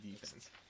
defense